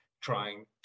trying